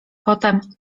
potem